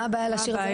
מה הבעיה להשאיר את זה?